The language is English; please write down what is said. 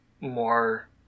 more